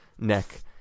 neck